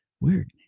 weird